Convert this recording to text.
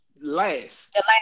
last